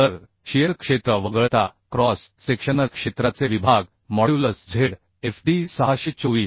तर शिअर क्षेत्र वगळता क्रॉस सेक्शनल क्षेत्राचे विभाग मॉड्यूलस Zfd 624